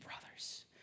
brothers